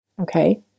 okay